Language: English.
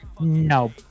No